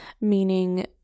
meaning